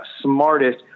smartest